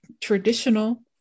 traditional